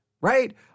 right